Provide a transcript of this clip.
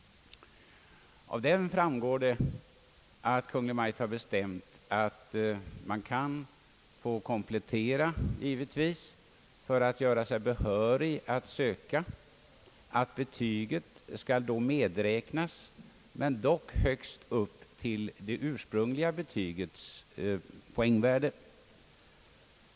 Av den framgår, att Kungl. Maj:t har bestämt att man givetvis kan få komplettera för att göra sig behörig att söka och att betyget då skall medräknas, men högst upp till det ursprungliga betygets poängvärde.